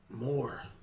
more